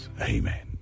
Amen